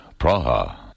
Praha